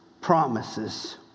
promises